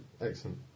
Excellent